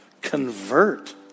Convert